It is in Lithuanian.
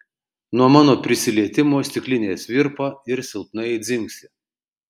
nuo mano prisilietimo stiklinės virpa ir silpnai dzingsi